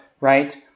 right